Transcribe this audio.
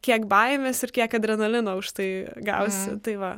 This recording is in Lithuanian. kiek baimės ir kiek adrenalino už tai gausi tai va